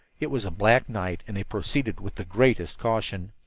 it was a black night and they proceeded with the greatest caution.